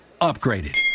Upgraded